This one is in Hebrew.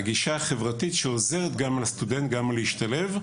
החברתית שעוזרת לסטודנט להשתלב.